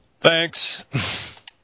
Thanks